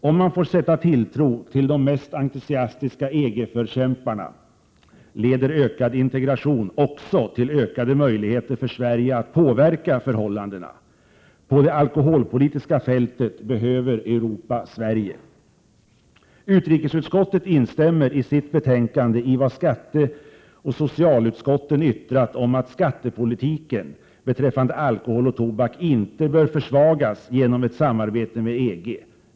Om man får sätta tilltro till de mest entusiastiska EG-förkämparna, leder ökad integration också till ökade möjligheter för Sverige att påverka förhållandena. På det alkoholpolitiska fältet behöver Europa Sverige! Utrikesutskottet instämmer i sitt betänkande i vad skatteoch socialutskottet yttrat om att skattepolitiken beträffande alkohol och tobak inte bör försvagas genom ett samarbete med EG.